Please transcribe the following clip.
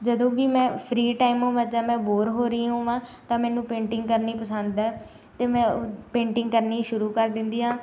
ਜਦੋਂ ਵੀ ਮੈਂ ਫਰੀ ਟਾਈਮ ਹੋਵਾਂ ਜਾਂ ਮੈਂ ਬੋਰ ਹੋ ਰਹੀ ਹੋਵਾਂ ਤਾਂ ਮੈਨੂੰ ਪੇਂਟਿੰਗ ਕਰਨੀ ਪਸੰਦ ਹੈ ਅਤੇ ਮੈਂ ਪੇਂਟਿੰਗ ਕਰਨੀ ਸ਼ੁਰੂ ਕਰ ਦਿੰਦੀ ਹਾਂ